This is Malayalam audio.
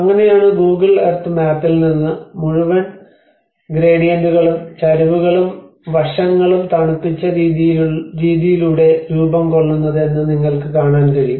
അങ്ങനെയാണ് ഗൂഗിൾ എർത്ത് മാപ്പിൽ നിന്ന് മുഴുവൻ ഗ്രേഡിയന്റുകളും ചരിവുകളും വശങ്ങളും തണുപ്പിച്ച രീതിയിലൂടെ രൂപം കൊള്ളുന്നത് എന്ന് നിങ്ങൾക്ക് കാണാൻ കഴിയും